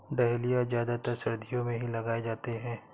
dahlia ज्यादातर सर्दियो मे ही लगाये जाते है